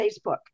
Facebook